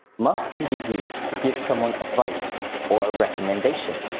must can be used to give someone advice or recommendation.